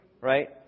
Right